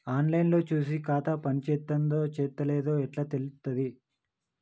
On line లో చూసి ఖాతా పనిచేత్తందో చేత్తలేదో ఎట్లా తెలుత్తది?